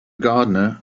gardener